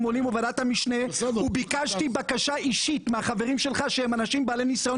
ובוועדת המשנה וביקשתי בקשה אישית מהחברים שלך שהם אנשים בעלי ניסיון